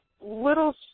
little